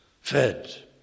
fed